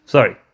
Sorry